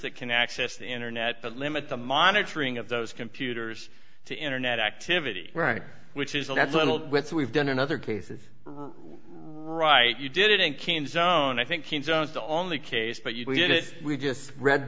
that can access the internet but limit the monitoring of those computers to internet activity right which is a little bit so we've done in other cases right you did it in cannes known i think the only case but you did it we just read